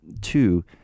Two